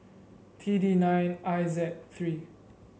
T D nine I Z three